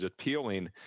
appealing